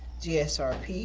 dsrp,